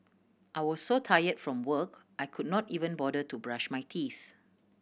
I was so tire from work I could not even bother to brush my teeth